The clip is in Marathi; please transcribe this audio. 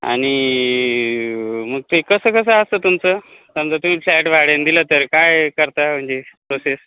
आणि मग ते कसं कसं असं तुमचं समजा तुम्ही फ्लॅट भाड्याने दिला तर काय करता म्हणजे प्रोसेस